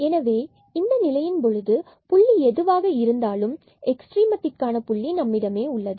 எனவே இந்த நிலையின் பொழுது புள்ளி எதுவாக இருந்தாலும் எக்ஸ்ட்ரிமம் புள்ளி நம்மிடம் உள்ளது